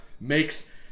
makes